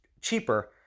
cheaper